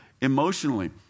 emotionally